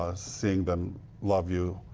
ah seeing them love you.